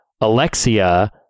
Alexia